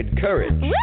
courage